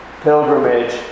pilgrimage